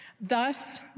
Thus